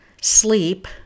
sleep